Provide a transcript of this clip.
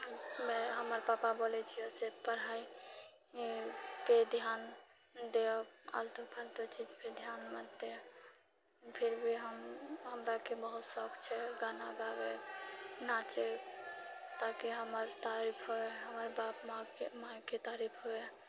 हमर पपा बोलै छिऐसँ पढ़ाइके ध्यान औ फालतु फालतु चीज पर ध्यान मत दे फिरभी हम हमराके बहुत शौक छै गाना गाबैके नाचै ताकि हमर तारीफ होय हमर बाप माँ माइके तारीफ होए